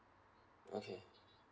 okay